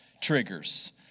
triggers